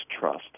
trust